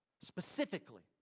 specifically